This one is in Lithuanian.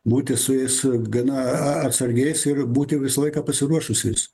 būti su jais gana atsargiais ir būti visą laiką pasiruošusiais